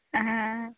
ᱦᱮᱸ